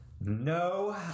No